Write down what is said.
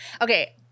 Okay